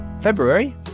February